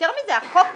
יותר מזה, החוק קובע,